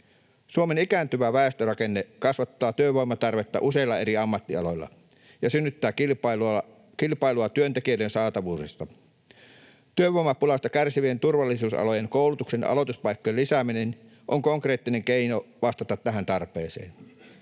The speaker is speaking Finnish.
Suomen ikääntyvä väestörakenne kasvattaa työvoimatarvetta useilla eri ammattialoilla ja synnyttää kilpailua työntekijöiden saatavuudesta. Työvoimapulasta kärsivien turvallisuusalojen koulutuksen aloituspaikkojen lisääminen on konkreettinen keino vastata tähän tarpeeseen.